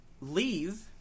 leave